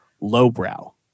lowbrow